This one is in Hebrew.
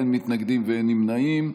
אין מתנגדים ואין נמנעים.